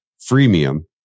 freemium